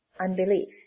unbelief